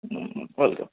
welcome